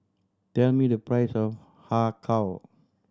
tell me the price of Har Kow